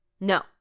No